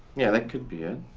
yeah that could be it.